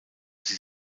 sie